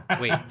Wait